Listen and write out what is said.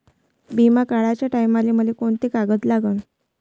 बिमा काढाचे टायमाले मले कोंते कागद लागन?